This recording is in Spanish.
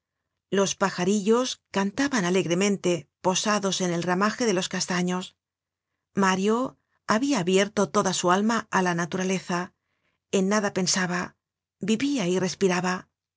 los pajarillos cantaban alegremente posados en el ramaje de los castaños mario habia abierto toda su alma á la naturaleza en nada pensaba vivia y respiraba